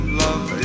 love